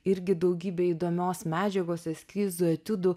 irgi daugybė įdomios medžiagos eskizų etiudų